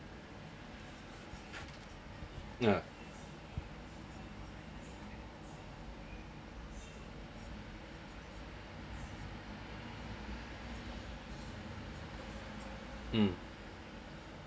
yeah uh